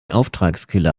auftragskiller